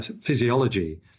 physiology